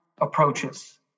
approaches